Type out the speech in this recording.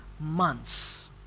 months